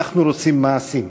אנחנו רוצים מעשים.